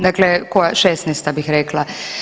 Dakle, koja, 16. bih rekla.